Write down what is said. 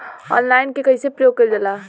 Online के कइसे प्रयोग कइल जाला?